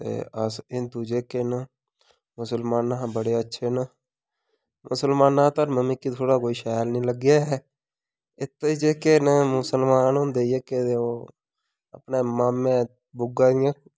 ते अस हिंदु जेह्के न मुस्लमान शा बड़े अच्छे न मुस्लमाना दा धर्म मिगी थोह्ड़ा कोई शैल नी लग्गेआ ऐ इत जेह्के न मुस्लमान होंदे जेह्के ते ओह् अपने माम्मे बुआ दियां